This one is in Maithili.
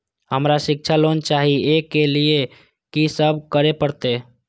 हमरा शिक्षा लोन चाही ऐ के लिए की सब करे परतै?